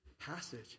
passage